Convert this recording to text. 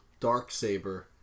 Darksaber